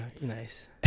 nice